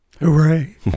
Hooray